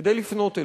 כדי לפנות אליך,